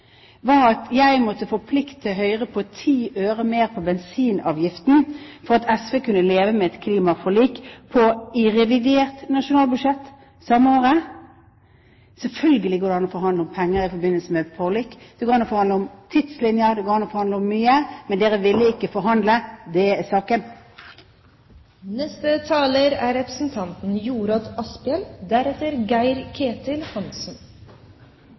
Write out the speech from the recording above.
at jeg måtte forplikte Høyre på 10 øre mer på bensinavgiften for at SV skulle kunne leve med et klimaforlik i revidert nasjonalbudsjett samme året. Selvfølgelig går det an å forhandle om penger i forbindelse med et forlik. Det går an å forhandle om tidslinjer. Det går an å forhandle om mye, men dere ville ikke forhandle. Det er saken. Alle er